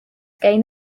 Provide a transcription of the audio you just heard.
gain